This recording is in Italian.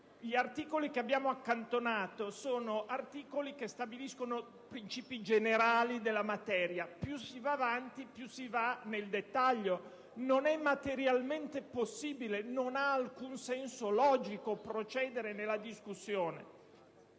Gli articoli che abbiamo accantonato stabiliscono principi generali della materia. Più si va avanti e più si va nel dettaglio. Non è materialmente possibile e non ha alcun senso logico procedere nella discussione,